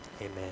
amen